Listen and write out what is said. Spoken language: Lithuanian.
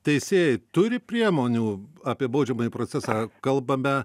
teisėjai turi priemonių apie baudžiamąjį procesą kalbame